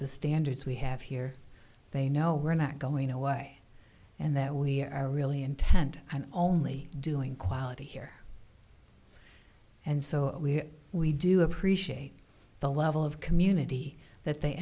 the standards we have here they know we're not going away and that we are really intent on only doing quality here and so we do appreciate the level of community that they